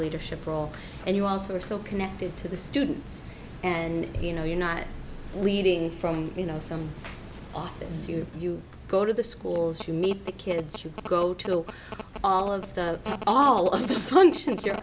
leadership role and you also are so connected to the students and you know you're not leading from you know some off to suit you go to the schools you meet the kids you go to all of the all